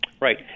Right